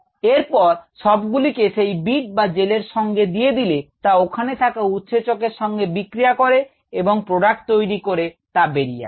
এরপর সবগুলিকে সেই বিড বা জেল এর সঙ্গে দিয়ে দিলে তা ওখানে থাকা উৎসেচক এর সঙ্গে বিক্রিয়া করে এবং প্রোডাক্ট তৈরি করে তা বেরিয়ে আসে